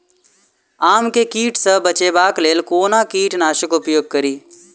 आम केँ कीट सऽ बचेबाक लेल कोना कीट नाशक उपयोग करि?